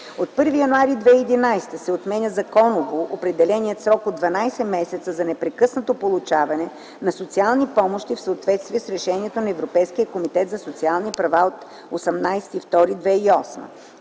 От 1 януари 2011 г. се отменя законово определеният срок от 12 месеца за непрекъснато получаване на социални помощи в съответствие с решението на Европейския комитет за социални права от 18